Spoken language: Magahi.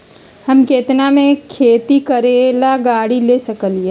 हम केतना में खेती करेला गाड़ी ले सकींले?